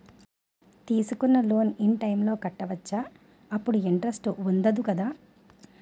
తీసుకున్న loan in time లో కట్టవచ్చ? అప్పుడు ఇంటరెస్ట్ వుందదు కదా?